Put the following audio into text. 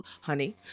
Honey